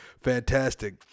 fantastic